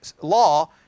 law